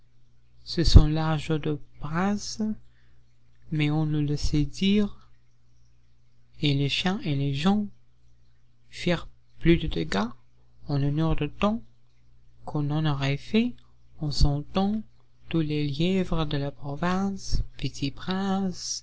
ce sont là jeux de prince mais on le laissait dire et les chiens et les gens firent plus de dégât en une heure de temps que n'en auraient fait en cent ans tous les lièvres de la province